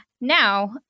Now